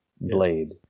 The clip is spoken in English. blade